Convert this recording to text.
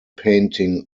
painting